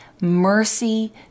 mercy